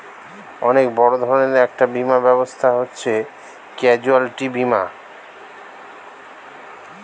অনেক বড় ধরনের একটা বীমা ব্যবস্থা হচ্ছে ক্যাজুয়ালটি বীমা